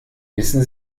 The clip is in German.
wissen